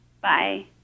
Bye